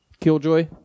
Killjoy